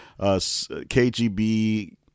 KGB